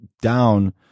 down